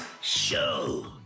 show